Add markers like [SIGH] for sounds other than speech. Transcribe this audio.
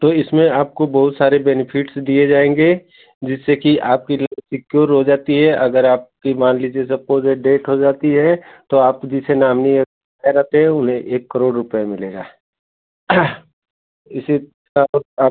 तो इसमें आपको बहुत सारे बेनीफिट्स दिए जाएंगे जिससे कि आपकी [UNINTELLIGIBLE] सिक्योर हो जाती है अगर आपकी मान लीजिए सपोज़ ए डेट हो जाती है तो आप जिसे नामनी [UNINTELLIGIBLE] रहते हैं उन्हें एक करोड़ रुपये मिलेगा इसी तरह और आप